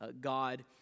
God